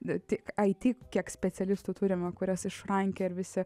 ne tik it kiek specialistų turime kuriuos išrankioja ir visi